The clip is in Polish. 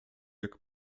jak